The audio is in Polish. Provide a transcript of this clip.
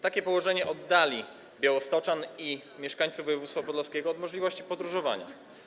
Takie położenie oddali białostoczan i mieszkańców województwa podlaskiego od możliwości podróżowania.